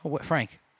Frank